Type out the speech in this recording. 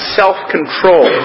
self-control